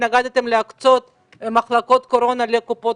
התנגדתם להקצות מחלקות קורונה לקופות